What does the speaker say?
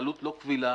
התנהלות לא קבילה.